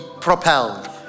propelled